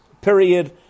Period